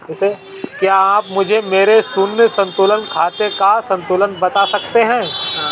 क्या आप मुझे मेरे शून्य संतुलन खाते का संतुलन बता सकते हैं?